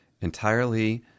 entirely